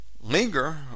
linger